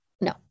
No